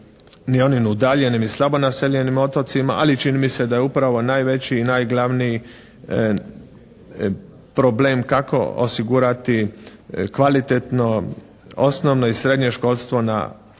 ni onim udaljenim i slabo naseljenim otocima, ali čini mi se da je upravo najveći i najglavniji problem kako osigurati kvalitetno osnovno i srednje školstvo na